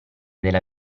della